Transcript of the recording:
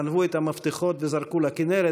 גנבו את המפתחות וזרקו לכינרת,